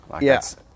Yes